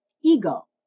ego